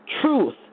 truth